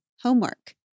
homework